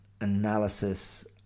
analysis